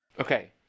Okay